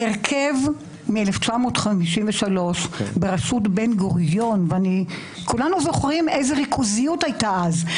ההרכב מ-1953 בראשות בן גוריון וכולנו זוכרים איזו ריכוזיות הייתה אז,